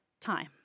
time